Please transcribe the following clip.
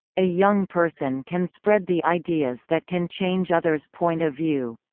a young person can spread the ideas that can change other's point of view.